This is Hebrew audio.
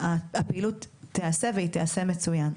הפעילות תעשה והיא תעשה מצוין.